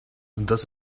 das